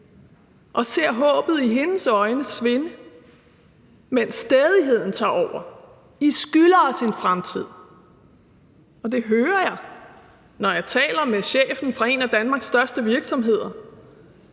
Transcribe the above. og ser håbet i hendes øjne svinde, mens stædigheden tager over: I skylder os en fremtid! Og det hører jeg, når jeg taler med chefen for en af Danmarks største virksomheder,